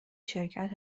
شرکت